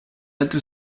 altri